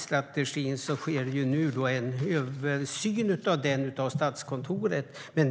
Statskontoret gör nu en översyn av ANDT-strategin.